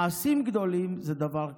מעשים גדולים זה דבר קשה.